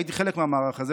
הייתי חלק מהמערך הזה,